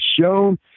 shown